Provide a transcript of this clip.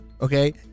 Okay